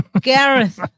Gareth